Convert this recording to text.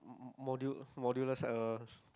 module module less uh